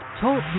TALK